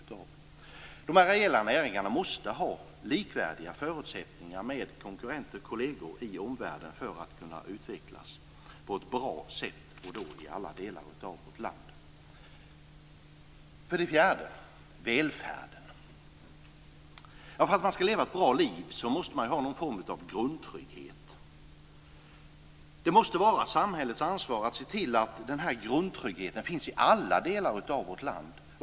Inom de areella näringarna måste man ha likvärdiga förutsättningar med konkurrenter och kolleger i omvärlden för att de ska kunna utvecklas på ett bra sätt i alla delar av vårt land. Det fjärde är välfärden. För att man ska leva ett bra liv måste man ha någon form av grundtrygghet. Det måste vara samhällets ansvar att se till att den grundtryggheten finns i alla delar av vårt land.